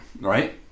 right